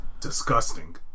disgusting